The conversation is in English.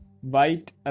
white